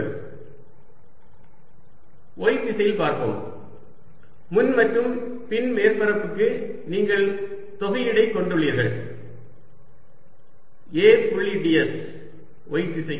ds 2 ×L2dydz 2 L2 1dydz 2L3 y திசையில் பார்ப்போம் முன் மற்றும் பின் மேற்பரப்புக்கு நீங்கள் தொகையீடை கொண்டுள்ளீர்கள் A புள்ளி ds y திசைக்கு